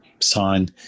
sign